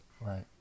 Right